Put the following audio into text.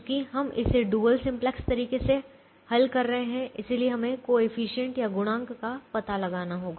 चूँकि हम इसे डुअल सिंपलेक्स तरीके से कर रहे हैं इसलिए हमें कोएफिशिएंट या गुणांक का पता लगाना होगा